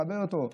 לכבד אותו.